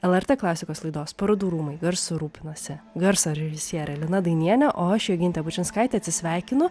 lrt klasikos laidos parodų rūmai garsu rūpinosi garso režisierė lina dainienė o aš jogintė bučinskaitė atsisveikinu